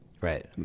Right